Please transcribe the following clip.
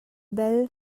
bal